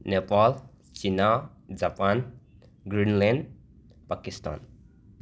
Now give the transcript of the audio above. Nepal China Japan Greenland Pakistan